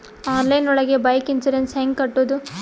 Online ಒಳಗೆ bike insurance ಹ್ಯಾಂಗ್ ಕಟ್ಟುದು?